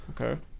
Okay